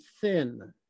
thin